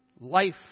Life